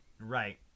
Right